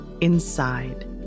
inside